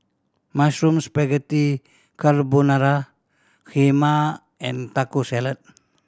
Mushroom Spaghetti Carbonara Kheema and Taco Salad